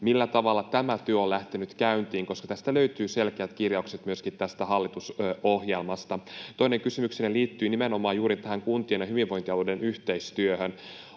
millä tavalla tämä työ on lähtenyt käyntiin, koska tästä löytyy selkeät kirjaukset hallitusohjelmasta. Toinen kysymykseni liittyy nimenomaan tähän kuntien ja hyvinvointialueiden yhteistyöhön.